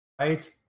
Right